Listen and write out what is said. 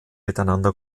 miteinander